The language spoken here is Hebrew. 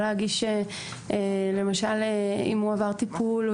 אם למשל הוא עבר טיפול,